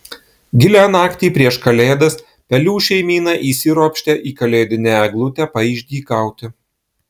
gilią naktį prieš kalėdas pelių šeimyna įsiropštė į kalėdinę eglutę paišdykauti